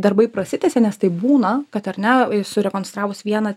darbai prasitęsia nes taip būna kad ar ne surekonstravus vieną